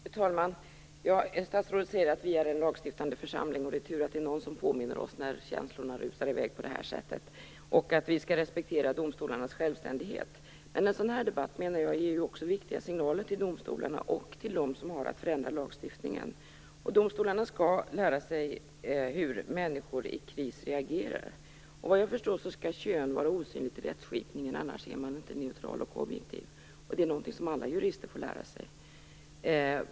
Fru talman! Statsrådet säger att vi är en lagstiftande församling. Det är tur att det är någon som påminner oss om det när känslorna rusar i väg på det här sättet. Hon säger också att vi skall respektera domstolarnas självständighet. Men en sådan här debatt ger ju också viktiga signaler till domstolarna och till dem som har att förändra lagstiftningen. Domstolarna skall lära sig hur människor i kris reagerar. Vad jag förstår skall kön vara osynligt i rättsskipningen, annars är man inte neutral och objektiv. Det är någonting som alla jurister får lära sig.